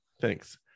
Thanks